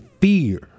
fear